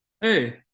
Hey